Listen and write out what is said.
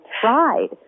tried